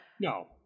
no